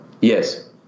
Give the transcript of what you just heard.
Yes